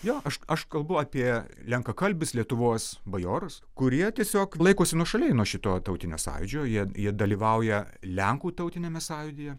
jo aš aš kalbu apie lenkakalbius lietuvos bajorus kurie tiesiog laikosi nuošaliai nuo šito tautinio sąjūdžio jie jie dalyvauja lenkų tautiniame sąjūdyje